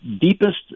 deepest